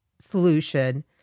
solution